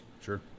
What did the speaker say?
Sure